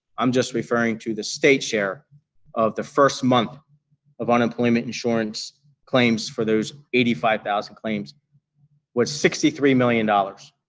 i'm just referring to the state's share of the first month of unemployment insurance claims for those eighty five thousand claims was sixty three million dollars.